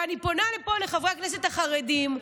אני פונה מפה לחברי הכנסת החרדים,